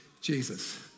Jesus